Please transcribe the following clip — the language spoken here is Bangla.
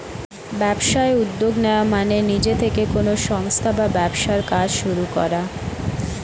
ব্যবসায় উদ্যোগ নেওয়া মানে নিজে থেকে কোনো সংস্থা বা ব্যবসার কাজ শুরু করা